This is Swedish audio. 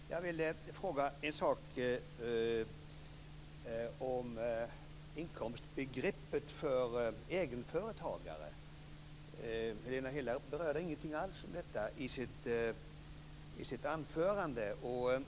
Fru talman! Jag vill ställa en fråga om inkomstbegreppet för egenföretagare. Helena Hillar berörde inte alls detta i sitt anförande.